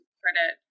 credit